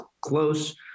close